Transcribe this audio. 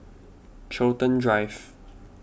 Chiltern Drive